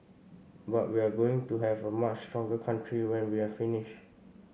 but we're going to have a much stronger country when we're finished